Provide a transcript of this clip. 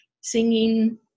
singing